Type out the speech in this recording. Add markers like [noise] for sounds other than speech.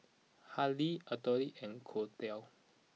Hadley autoli and [unintelligible]